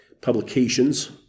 publications